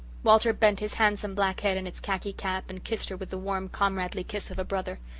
walter bent his handsome black head in its khaki cap and kissed her with the warm, comradely kiss of a brother.